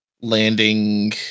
landing